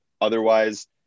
otherwise